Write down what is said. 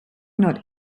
not